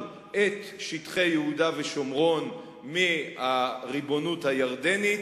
את שטחי יהודה ושומרון מהריבונות הירדנית.